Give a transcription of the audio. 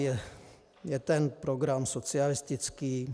Je ten program socialistický?